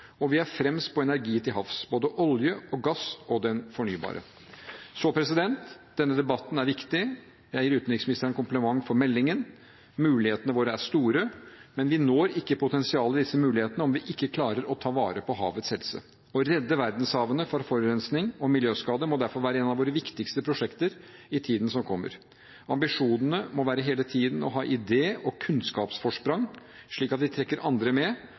og vi er fremst på energi til havs, både olje og gass og den fornybare. Så denne debatten er viktig. Jeg gir utenriksministeren kompliment for meldingen. Mulighetene våre er store. Men vi når ikke potensialet i disse mulighetene om vi ikke klarer å ta vare på havets helse. Å redde verdenshavene for forurensning og miljøskade må derfor være et av våre viktigste prosjekter i tiden som kommer. Ambisjonene må hele tiden være å ha idé- og kunnskapsforsprang, slik at vi trekker andre med,